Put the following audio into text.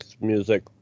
music